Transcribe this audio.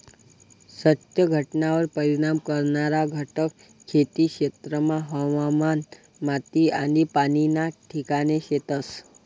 सत्य घटनावर परिणाम करणारा घटक खेती क्षेत्रमा हवामान, माटी आनी पाणी ना ठिकाणे शेतस